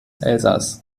elsaß